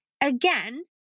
Again